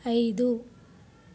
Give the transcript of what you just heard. ఐదు